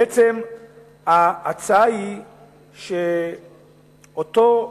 בעצם ההצעה היא שאותו מוסד,